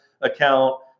account